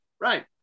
Right